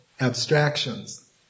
abstractions